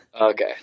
Okay